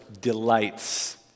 delights